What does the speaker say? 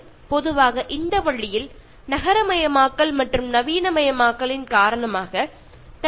ആഗോള വാസ വ്യവസ്ഥയെ നശിപ്പിച്ചു കൊണ്ട് അവരുടെ വാസസ്ഥലത്തിന്റെ വ്യാപ്തി കൂട്ടി